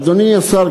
אדוני השר,